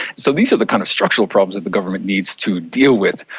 so these are the kind of structural problems that the government needs to deal with.